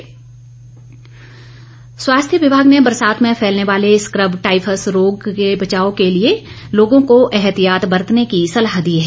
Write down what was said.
scrub typhus स्वास्थ्य विभाग ने बरसात में फैलने वाले स्कब टायफस रोग के बचाव के लिए लोगों को ऐहतियात बरतने की सलाह दी है